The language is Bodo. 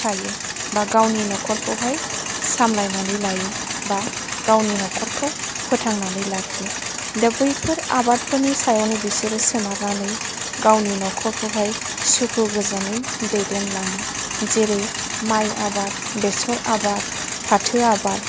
थायो बा गावनि नखरखौहाइ सामलाइनानै लायो बा गावनि नखरखौ फोथांनानै लाखियो दा बैफोर आबादफोरनि सायावनो बिसोरो सोनारनानै गावनि नखरखौहाइ सुखु गोजोनै दैदेन लाङो जेरै माइ आबाद बेसर आबाद फाथो आबाद